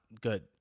good